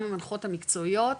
גם המנחות המקצועיות,